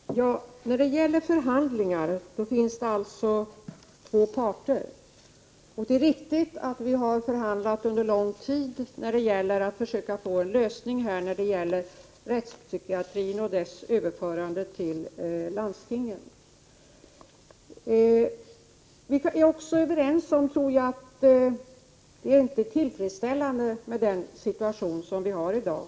Herr talman! När det gäller förhandlingar finns det två parter. Det är riktigt att vi har förhandlat under lång tid för att försöka finna en lösning i fråga om rättspsykiatrin och dess överförande till landstingen. Vi är också överens om att den situation som vi i dag har inte är tillfredsställande. Det medger jag.